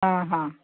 ହଁ ହଁ